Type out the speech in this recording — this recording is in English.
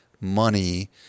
money